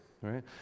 Right